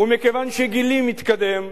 ומכיוון שגילי מתקדם,